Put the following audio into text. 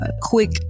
quick